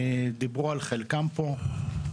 דיברו על חלקם פה.